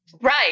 right